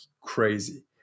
crazy